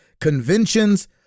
conventions